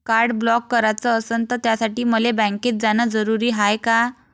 Card block कराच असनं त त्यासाठी मले बँकेत जानं जरुरी हाय का?